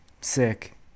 sick